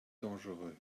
dangereux